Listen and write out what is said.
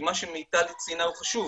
מה שמיטל ציינה הוא חשוב,